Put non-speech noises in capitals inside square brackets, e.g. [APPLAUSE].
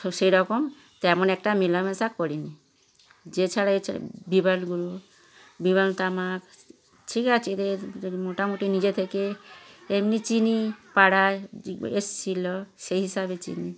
তো সেরকম তেমন একটা মেলামেশা করিনি যে [UNINTELLIGIBLE] ঠিক আছে মোটামুটি নিজে থেকে এমনি চিনি পাড়ায় এসছিল সেই হিসাবে চিনি